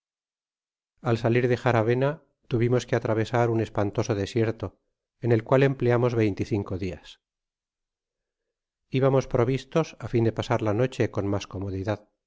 al salir de jarawena tuvimos que atravesar un espantoso desierto en el cual empleamos veinte y cinco dias ibamos provistos á fin de pasar la noche con mas comodidad